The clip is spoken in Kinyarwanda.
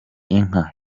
inka